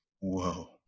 whoa